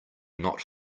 not